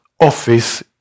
office